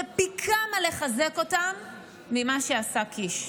זה פי כמה לחזק אותם ממה שעשה קיש.